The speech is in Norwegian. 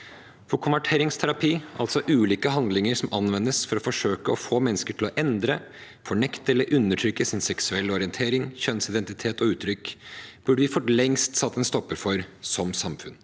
Konverteringsterapi, altså ulike handlinger som anvendes for å forsøke å få mennesker til å endre, fornekte eller undertrykke sin seksuelle orientering, kjønnsidentitet og -uttrykk, burde vi for lengst satt en stopper for som samfunn.